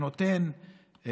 שנותן,